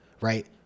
right